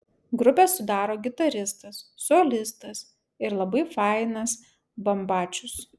grupę sudaro gitaristas solistas ir labai fainas bambačius